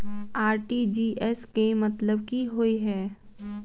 RTGS केँ मतलब की होइ हय?